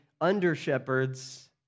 under-shepherds